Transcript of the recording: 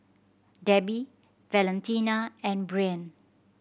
Debi Valentina and Breann